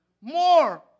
more